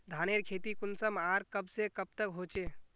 धानेर खेती कुंसम आर कब से कब तक होचे?